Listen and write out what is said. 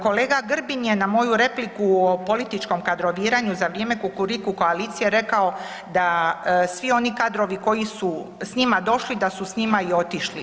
Kolega Grbin je na moju repliku o političkom kadroviranju za vrijeme kukuriku koalicije rekao da svi oni kadrovi koji su s njima došli da su s njima i otišli.